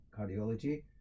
cardiology